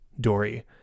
Dory